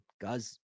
guys